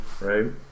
Right